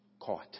caught